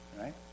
right